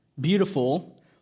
beautiful